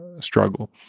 struggle